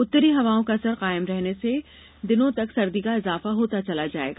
उत्तरी हवाओं का असर कायम रहने से दिनो दिन सर्दी में इजाफा होता चला जायेगा